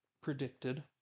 predicted